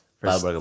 first